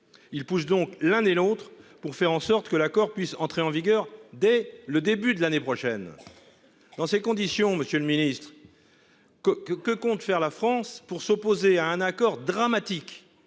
Il pousse donc l'un et l'autre pour faire en sorte que l'accord puisse entrer en vigueur dès le début de l'année prochaine. Dans ces conditions, monsieur le Ministre. Que que que compte faire la France pour s'opposer à un accord dramatique